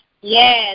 Yes